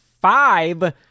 five